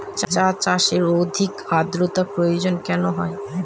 চা চাষে অধিক আদ্রর্তার প্রয়োজন কেন হয়?